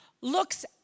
looks